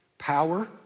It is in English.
Power